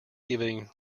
giving